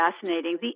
fascinating